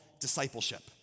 discipleship